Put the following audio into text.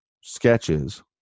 sketches